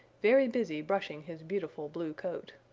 very busy brushing his beautiful blue coat.